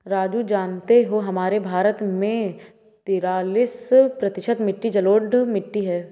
राजू जानते हो हमारे भारत देश में तिरालिस प्रतिशत मिट्टी जलोढ़ मिट्टी हैं